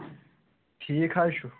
ٹھیٖک حظ چھُ